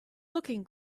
looking